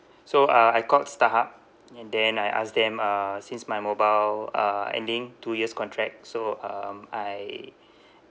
so uh I called starhub and then I ask them uh since my mobile uh ending two years contract so um I